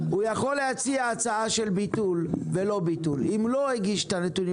הוא יכול להציע הצעה של ביטול ולא ביטול; אם לא הגיש את הנתונים